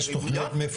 חמש תוכניות מפורטות.